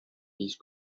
these